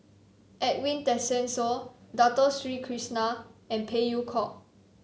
Edwin Tessensohn Dato Sri Krishna and Phey Yew Kok